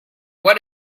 what